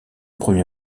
premier